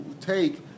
take